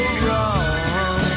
wrong